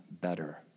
better